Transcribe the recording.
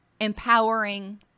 empowering